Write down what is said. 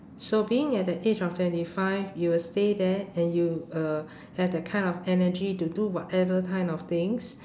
so being at the age of twenty five you will stay there and you uh have the kind of energy to do whatever kind of things